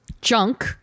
Junk